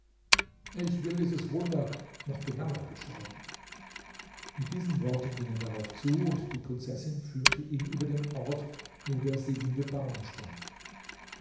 ich will dieses wunder noch genauer beschauen mit diesen worten ging er darauf zu und die prinzessin führte ihn über den ort wo der singende baum stand